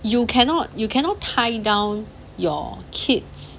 you cannot you cannot tie down your kids